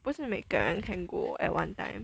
不是每个人 can go at one time